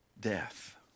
death